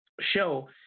show